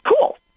cool